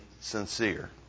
sincere